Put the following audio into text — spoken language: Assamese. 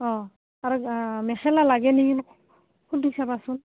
অঁ আৰু মেখেলা লাগে নিকি সুধি চাবাচোন